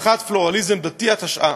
הבטחת פלורליזם דתי), התשע"ה.